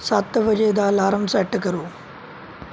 ਸੱਤ ਵਜੇ ਦਾ ਅਲਾਰਮ ਸੈੱਟ ਕਰੋ